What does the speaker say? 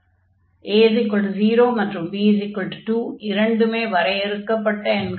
a 0 மற்றும் b 2 இரண்டுமே வரையறுக்கப்பட்ட எண்கள்